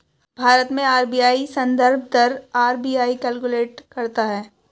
भारत में आर.बी.आई संदर्भ दर आर.बी.आई कैलकुलेट करता है